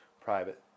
private